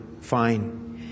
fine